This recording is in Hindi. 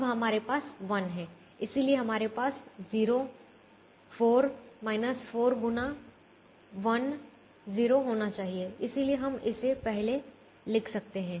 अब हमारे पास 1 है इसलिए हमारे पास 0 4 4 गुना 1 0 होना चाहिए इसलिए हम इसे पहले लिख सकते हैं